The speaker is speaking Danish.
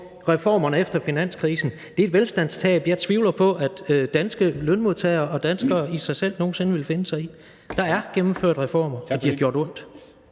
reformerne efter finanskrisen, tvivler jeg på at danske lønmodtagere og danskere som sådan nogen sinde ville finde sig i. Der er gennemført reformer, og de har gjort ondt.